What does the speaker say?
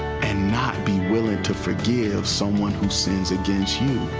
and not be willing to forgive someone who sins against you.